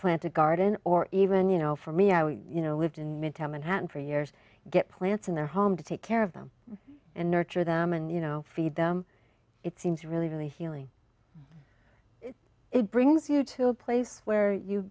plant a garden or even you know for me i you know lived in midtown manhattan for years get plants in their home to take care of them and nurture them and you know feed them it seems really really healing it brings you to a place where you